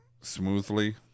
smoothly